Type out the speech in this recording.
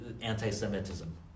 anti-Semitism